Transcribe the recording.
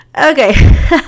Okay